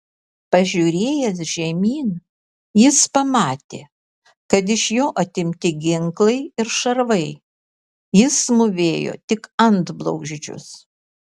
pažiūrėjęs žemyn jis pamatė kad iš jo atimti ginklai ir šarvai jis mūvėjo tik antblauzdžius